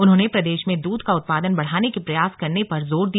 उन्होंने प्रदेश में दूध का उत्पादन बढ़ाने के प्रयास करने पर जोर दिया